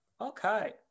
Okay